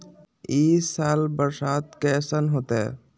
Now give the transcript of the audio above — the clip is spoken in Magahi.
ई साल बरसात कैसन होतय?